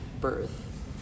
birth